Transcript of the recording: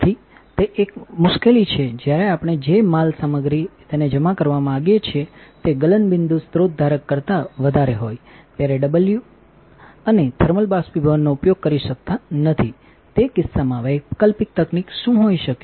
તેથી તે એક મુશ્કેલી છે કે જ્યારે આપણે જે માલ સામગ્રી તેને જમા કરવા માંગીએ છીએ તે ગલનબિંદુ સ્રોત ધારક કરતા વધારે હોય ત્યારે ડબલ્યુઅને થર્મલ બાષ્પીભવનનો ઉપયોગ કરી શકતા નથી તે કિસ્સામાં વૈકલ્પિક તકનીક શું હોઈ શકે